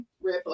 red